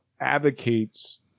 advocates